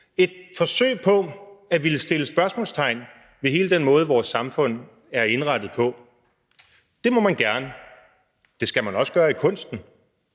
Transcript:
et forsøg på at sætte spørgsmålstegn ved hele den måde, vores samfund er indrettet på. Det må man gerne, og det skal man også gøre i kunsten